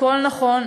הכול נכון.